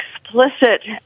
explicit